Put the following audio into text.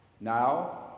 Now